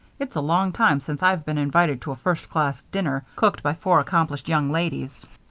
it's a long time since i've been invited to a first-class dinner, cooked by four accomplished young ladies,